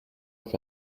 auf